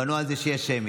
בנו על זה שתהיה שמית,